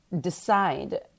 decide